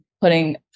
putting